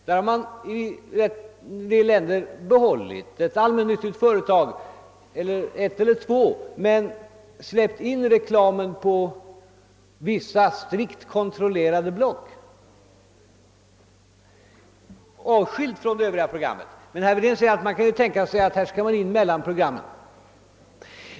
Där har man behållit ett allmännyttigt företag — ett eller två — men släppt in reklamen på vissa strikt kontrollerade block, avskilda från Öövriga program. Men herr Wedén säger att man kan tänka sig att reklamen skulle kunna föras in mellan programmen.